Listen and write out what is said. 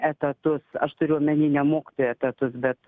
etatus aš turiu omeny ne mokytojų etatus bet